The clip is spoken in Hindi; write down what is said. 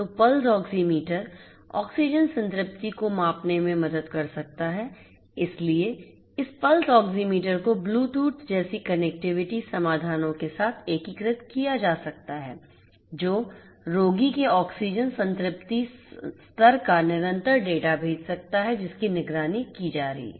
तो पल्स ऑक्सीमीटर ऑक्सीजन संतृप्ति को मापने में मदद कर सकता है इसलिए इस पल्स ऑक्सीमीटर को ब्लूटूथ जैसे कनेक्टिविटी समाधानों के साथ एकीकृत किया जा सकता है जो रोगी के ऑक्सीजन संतृप्ति स्तर का निरंतर डेटा भेज सकता है जिसकी निगरानी की जा रही है